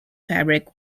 fabric